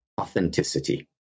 Authenticity